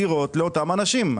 דירות לאותם אנשים?